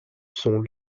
sont